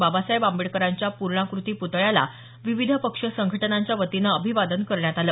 बाबासाहेब आंबेडकरांच्या पूर्णाकृती प्तळ्याला विविध पक्ष संघटनांच्या वतीनं अभिवादन करण्यात आलं